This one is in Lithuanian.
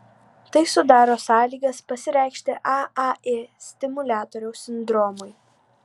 tai sudaro sąlygas pasireikšti aai stimuliatoriaus sindromui